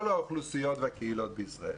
האוכלוסיות והקהילות בישראל.